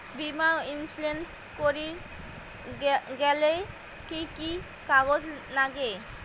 বীমা ইন্সুরেন্স করির গেইলে কি কি কাগজ নাগে?